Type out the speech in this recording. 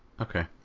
Okay